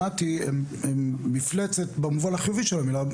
שנת"י מפלצת במובן החיובי של המילה,